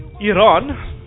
Iran